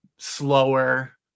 Slower